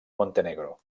montenegro